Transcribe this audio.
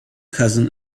cousin